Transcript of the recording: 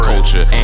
Culture